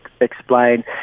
explain